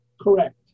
correct